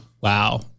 wow